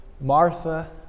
Martha